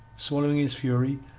swallowing his fury,